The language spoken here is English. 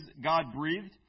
God-breathed